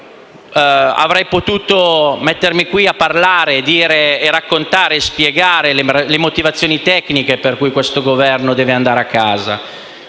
avrei potuto mettermi qui a parlare, a dire, a raccontare, a spiegare le motivazioni tecniche per cui questo Governo deve andare a casa.